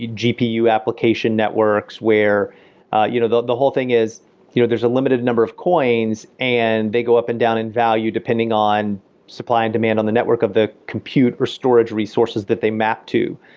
gpu application networks, where you know the the whole thing is you know there's a limited number of coins and they go up and down in value depending on supply and demand on the network of the compute for storage resources that they map to.